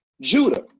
judah